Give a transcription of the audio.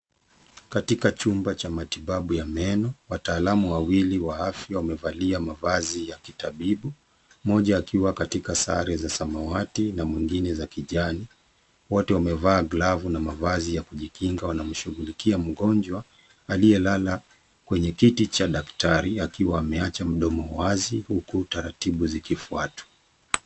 Katika chumba cha mtibabu ya meno. Wataalamu wawili wa afya wamevalia mavazi ya kitabibu, mmoja akiwa katika sare za samawati na mwingine za kijani. Wote wamevaa glavu na mavazi ya kujikinga wanamshughulikia mgonjwa, aliyelala kwenye kiti cha daktari akiwa ameacha mdomo wazi huku taratibu zikifuatwa.